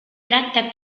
tratta